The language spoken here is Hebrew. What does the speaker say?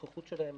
הנוכחות שלהם